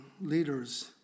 leaders